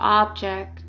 object